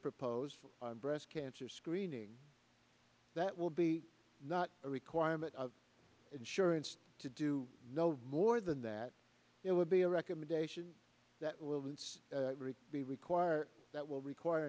propose for breast cancer screening that will be not a requirement of insurance to do no more than that it would be a recommendation that will be required that will require